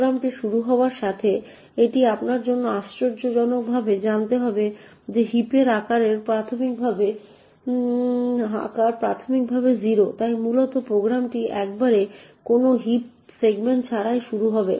প্রোগ্রামটি শুরু হওয়ার সাথে সাথে এটি আপনার জন্য আশ্চর্যজনকভাবে জানতে হবে যে হিপের আকার প্রাথমিকভাবে 0 তাই মূলত প্রোগ্রামটি একেবারে কোনও হিপ সেগমেন্ট ছাড়াই শুরু হবে